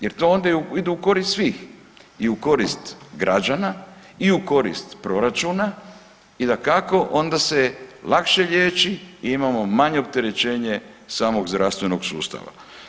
Jer to onda ide u korist svih i građana i u korist proračuna i dakako onda se lakše liječi, imamo manje opterećenje samog zdravstvenog sustava.